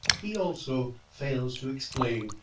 he also fails to explain,